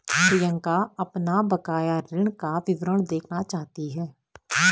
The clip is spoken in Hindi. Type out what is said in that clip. प्रियंका अपना बकाया ऋण का विवरण देखना चाहती है